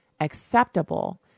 acceptable